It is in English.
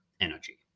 energy